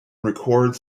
records